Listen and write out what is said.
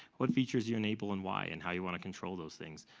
what features you enable and why, and how you want to control those things.